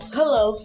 Hello